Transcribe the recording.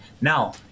Now